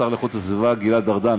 השר לאיכות הסביבה גלעד ארדן,